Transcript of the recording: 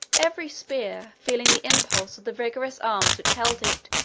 every spear, feeling the impulse of the vigorous arms which held it,